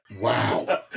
Wow